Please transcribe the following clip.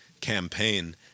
campaign